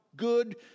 Good